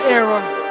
era